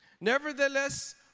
Nevertheless